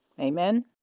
Amen